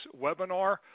webinar